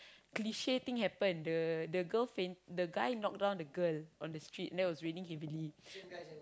cliche thing happen the the girl faint the guy knock down the girl on the street then it was raining heavily